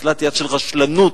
זכות לשאלה